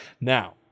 now